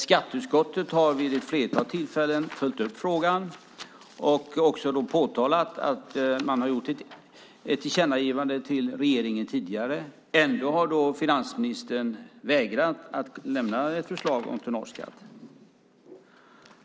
Skatteutskottet har vid ett flertal tillfällen följt upp frågan och påtalat att riksdagen lämnat ett tillkännagivande till regeringen. Ändå har finansministern vägrat att lämna ett förslag om tonnageskatt.